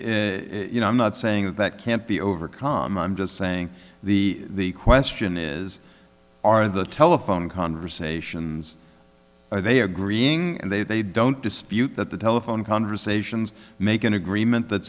you know i'm not saying that that can't be overcome i'm just saying the question is are the telephone conversations are they agreeing and they they don't dispute that the telephone conversations make an agreement that